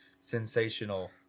sensational